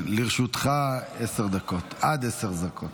לרשותך עד עשר דקות.